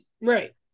Right